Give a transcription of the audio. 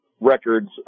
records